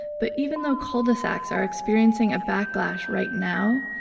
but even though cul-de-sacs are experiencing a backlash right now,